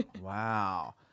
Wow